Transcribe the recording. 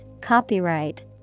copyright